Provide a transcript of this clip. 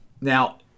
Now